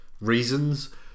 reasons